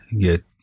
get